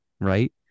right